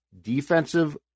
defensive